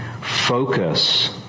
focus